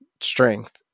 strength